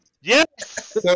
Yes